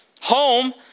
home